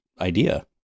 idea